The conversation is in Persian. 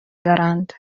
دارند